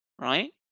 right